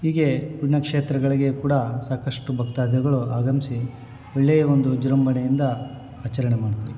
ಹೀಗೆ ಪುಣ್ಯಕ್ಷೇತ್ರಗಳಿಗೆ ಕೂಡ ಸಾಕಷ್ಟು ಭಕ್ತಾದಿಗಳು ಆಗಮಿಸಿ ಒಳ್ಳೆಯ ಒಂದು ವಿಜೃಂಭಣೆಯಿಂದ ಆಚರಣೆ ಮಾಡ್ತಾರೆ